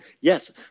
yes